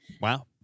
Wow